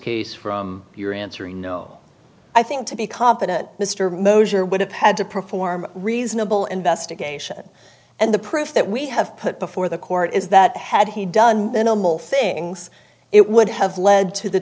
case from your answer you know i think to be competent mr mosher would have had to perform reasonable investigation and the proof that we have put before the court is that had he done minimal things it would have led to the